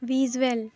visual